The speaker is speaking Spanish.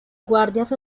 guardias